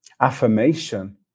Affirmation